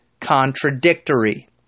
contradictory